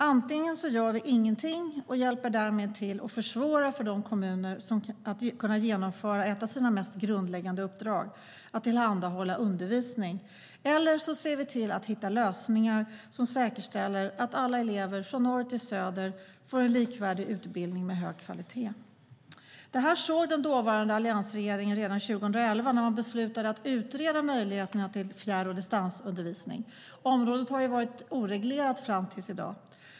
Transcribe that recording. Antingen gör vi ingenting och hjälper därmed till att försvåra för kommuner att genomföra ett av deras mest grundläggande uppdrag, att tillhandahålla undervisning, eller så ser vi till att hitta lösningar som säkerställer att alla elever, från norr till söder, får en likvärdig utbildning med hög kvalitet. Det såg den dåvarande alliansregeringen redan 2011, då man beslutade att utreda möjligheterna till fjärr och distansundervisning; området har varit oreglerat fram till i dag.